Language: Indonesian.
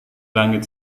langit